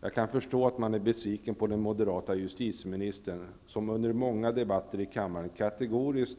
Jag kan förstå att man är besviken på den moderata justitieministern, som under många debatter i kammaren kategoriskt